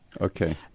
Okay